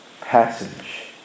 passage